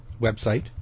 website